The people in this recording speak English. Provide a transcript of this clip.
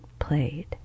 Played